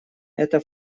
эта